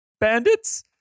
bandits